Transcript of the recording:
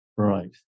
Right